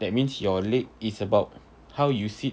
that means your leg is about how you sit